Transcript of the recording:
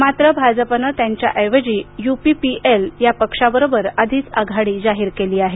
मात्र भाजपने त्यांच्याऐवजी यूपीपीएल या पक्षाबरोबर आधीच आघाडी जाहीर केली आहे